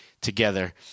together